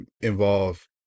involve